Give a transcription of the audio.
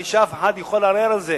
בלי שאף אחד יכול לערער על זה,